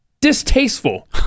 distasteful